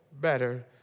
better